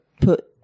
put